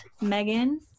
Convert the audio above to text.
Megan